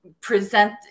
present